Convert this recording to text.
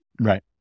Right